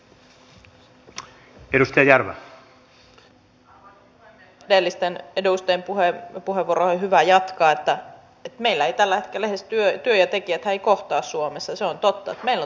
ministerin sanaan on voitava luottaa kaikissa tilanteissa samoin siihen että lakeja valmisteleva koneisto toimii avoimesti ja tasapuolisesti ja että hallituksen esitysten seuraukset arvioidaan niin rehellisesti kuin mahdollista